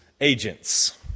agents